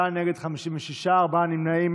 בעד, 49, נגד, 56, ארבעה נמנעים.